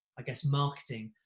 i guess, marketing.